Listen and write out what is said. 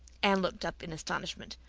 anne looked up in astonishment.